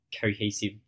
cohesive